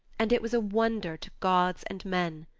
and it was a wonder to gods and men.